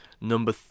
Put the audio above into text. number